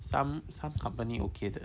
some some company okay 的